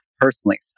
personally